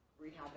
rehab